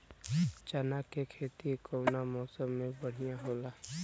चना के खेती कउना मौसम मे बढ़ियां होला?